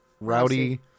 Rowdy